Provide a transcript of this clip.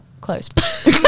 close